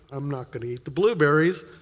i'm not going to eat the blueberries,